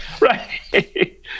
Right